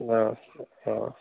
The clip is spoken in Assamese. অ অ